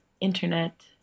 internet